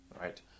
right